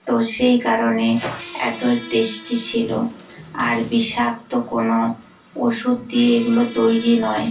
তো সেই কারণে এত টেস্টি ছিল আর বিষাক্ত কোনও ওষুধ দিয়ে এগুলো তৈরি নয়